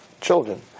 children